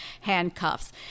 handcuffs